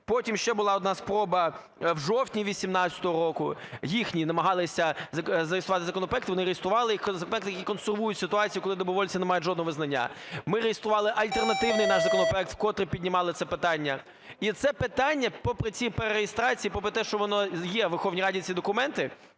Потім ще була одна спроба в жовтні 18-го року. Їхній намагалися зареєструвати законопроект, вони реєстрували законопроект, який консервує ситуацію, коли добровольці не мають жодного визнання. Ми реєстрували альтернативний наш законопроект, вкотре піднімали це питання. І це питання попри ці перереєстрації, попри те, що вони є у Верховній Раді ці документи,